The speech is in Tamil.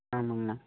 ஆமாங்கண்ணா